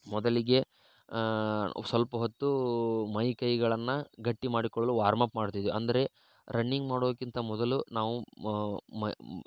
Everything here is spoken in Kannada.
ಮೊದಲಿಗೆ ಸ್ವಲ್ಪ ಹೊತ್ತು ಮೈಕೈಗಳನ್ನು ಗಟ್ಟಿ ಮಾಡಿಕೊಳ್ಳಲು ವಾರ್ಮಪ್ ಮಾಡ್ತಿದ್ವಿ ಅಂದರೆ ರನ್ನಿಂಗ್ ಮಾಡೋಕ್ಕಿಂತ ಮೊದಲು ನಾವು ಮ